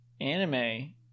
anime